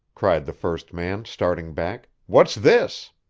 cried the first man, starting back. what's this?